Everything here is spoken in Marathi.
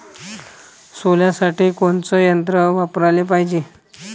सोल्यासाठी कोनचं यंत्र वापराले पायजे?